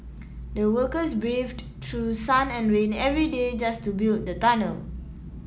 the workers braved through sun and rain every day just to build the tunnel